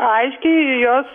aiškiai jos